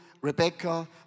Rebecca